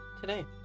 today